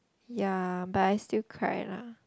ya but I still cried lah